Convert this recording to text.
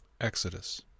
Exodus